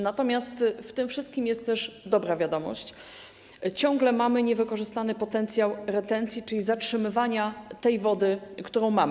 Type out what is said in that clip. Natomiast w tym wszystkim jest też dobra wiadomość - ciągle mamy niewykorzystany potencjał w zakresie retencji, czyli zatrzymywania wody, którą mamy.